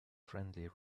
friendly